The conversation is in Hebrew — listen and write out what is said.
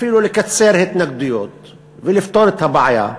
אפילו לקצר התנגדויות ולפתור את הבעיה,